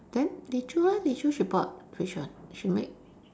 then Li Choo eh Li Choo she bought which one she make